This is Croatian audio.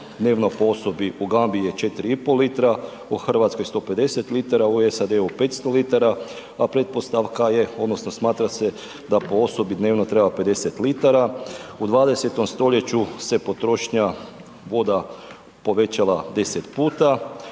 dnevno po osobi u Gambiji je 4,5 litara, u Hrvatskoj 150 litara, u SAD-u 500 litara, a pretpostavka je, odnosno smatra se da po osobi dnevno treba 50 litara. U 20. st. se potrošnja voda povećala 10 puta